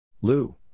Lou